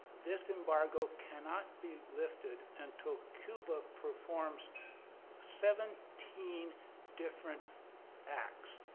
this embargo cannot be lifted until cuba performs seventeen different acts.